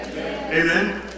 Amen